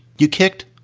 you kicked.